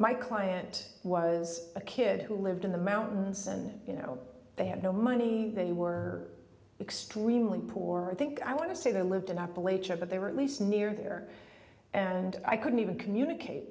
my client was a kid who lived in the mountains and you know they had no money they were extremely poor i think i want to say they lived in appalachian but they were at least near there and i couldn't even communicate